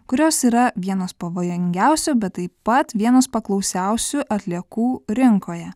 kurios yra vienos pavojingiausių bet taip pat vienas paklausiausių atliekų rinkoje